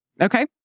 Okay